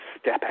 step